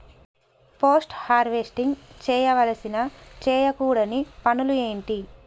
Post harvesting చేయవలసిన చేయకూడని పనులు ఏంటి?